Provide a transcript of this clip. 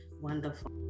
wonderful